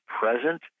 present